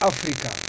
Africa